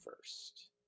first